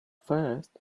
first